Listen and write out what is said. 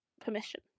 permission